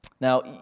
Now